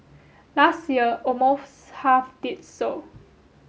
last year almost half did so